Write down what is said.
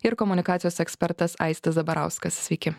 ir komunikacijos ekspertas aistis zabarauskas sveiki